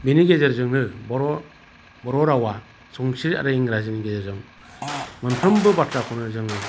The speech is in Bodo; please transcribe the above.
बिनि गेजेरजोंनो बर' बर' रावा संस्कृत आरो इंराजिनि गेजेरजों मोनफ्रोमबो बाथ्राखौनो जोङो